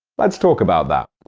let's talk about that.